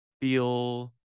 feel